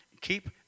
Keep